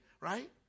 right